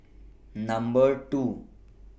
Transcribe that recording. Number two